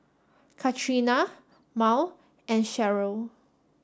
Katrina Mal and Cheryll